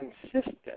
consistent